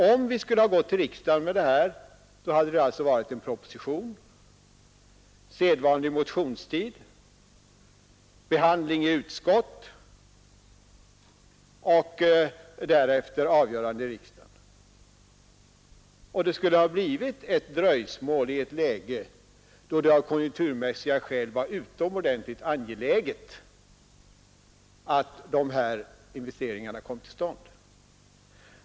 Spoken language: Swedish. Om regeringen måst gå till riksdagen med detta hade det blivit en proposition, sedvanlig motionstid, behandling i utskott och därefter avgörande i riksdagen. Det skulle ha blivit ett dröjsmål i ett läge, då det av konjunkturmässiga skäl var utomordentligt angeläget att dessa investeringar kom till stånd.